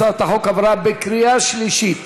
הצעת החוק עברה בקריאה שלישית